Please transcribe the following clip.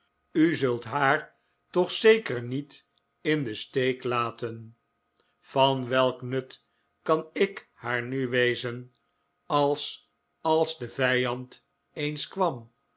u zult haar toch zeker niet in den steek laten van welk nut kan ik haar nu wezen als als de vijand